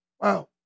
Wow